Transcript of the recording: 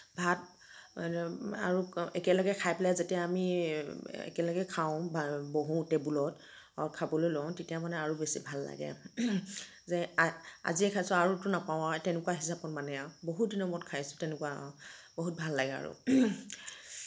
ভাত আৰু একেলগে খাই পেলাই যেতিয়া আমি একেলগে খাওঁ বহোঁ টেবুলত খাবলৈ লওঁ তেতিয়া মানে আৰু বেছি ভাল লাগে যে আ আজিয়ে খাইছোঁ আৰুতো নাপাওঁ তেনেকুৱা হিচাপত মানে আৰু বহুত দিনৰ মূৰত খাইছোঁ তেনেকুৱা বহুত ভাল লাগে আৰু